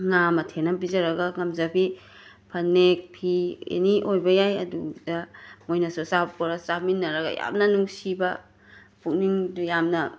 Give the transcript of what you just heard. ꯉꯥ ꯃꯊꯦꯟ ꯑꯝ ꯄꯤꯖꯔꯒ ꯉꯝꯖꯕꯤ ꯐꯅꯦꯛ ꯐꯤ ꯑꯦꯅꯤ ꯑꯣꯏꯕ ꯌꯥꯏ ꯑꯗꯨ ꯃꯣꯏꯅꯁꯨ ꯑꯆꯥꯄꯣꯠ ꯆꯥꯃꯤꯟꯅꯔꯒ ꯌꯥꯝꯅ ꯅꯨꯡꯁꯤꯕ ꯄꯨꯛꯅꯤꯡꯗ ꯌꯥꯝꯅ